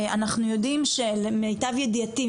למיטב ידיעתי,